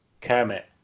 Kermit